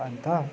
अन्त